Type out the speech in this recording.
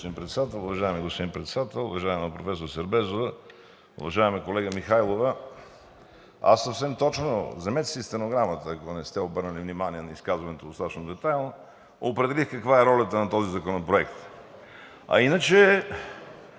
аз съвсем точно – вземете си стенограмата, ако не сте обърнали внимание на изказването достатъчно детайлно, определих каква е ролята на този законопроект. А иначе